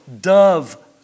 dove